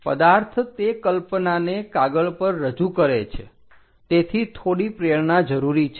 પદાર્થ તે કલ્પનાને કાગળ પર રજૂ કરે છે તેથી થોડી પ્રેરણા જરૂરી છે